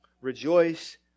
Rejoice